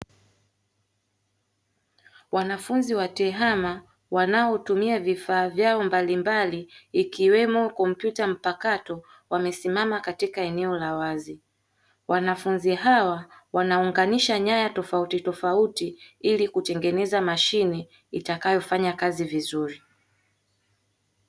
Wanafunzi wa tehama wanaotumia vifaa vyao mbalimbali ikiwemo kompyuta mpakato wamesimama katika eneo la wazi, wanafunzi hawa wanaunganisha nyaya tofautitofauti ili kutengeneza mashine itakayofanya kazi vizuri.